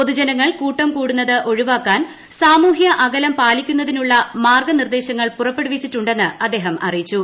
പൊതുജനങ്ങൾ ിക്രൂട്ടം കൂടുന്നത് ഒഴിവാക്കാൻ സാമൂഹ്യ അകലം പാലിക്കുന്ന്തിന്റുള്ള മാർഗ്ഗനിർദ്ദേശങ്ങൾ പുറപ്പെടുവിച്ചിട്ടുണ്ടെന്ന് അദ്ദേഹം അറിയിച്ചു